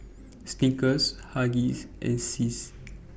Snickers Huggies and Sis